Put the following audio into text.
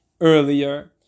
earlier